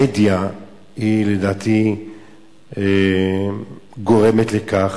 המדיה לדעתי גורמת לכך.